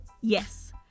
yes